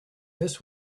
this